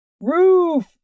Roof